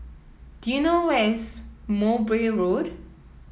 do you know where is Mowbray Road